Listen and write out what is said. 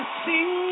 sing